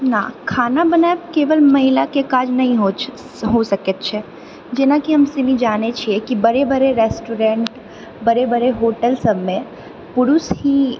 ना खाना बनाएब केवल महिलाके काज नहि होइत छै हो सकैत छै जेनाकि हम सभी जानै छिऐ कि बड़े बड़े रेस्टोरेन्ट बड़े बड़े होटल सभमे पुरुष ही